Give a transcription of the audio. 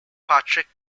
patrick